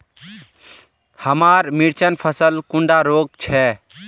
हमार मिर्चन फसल कुंडा रोग छै?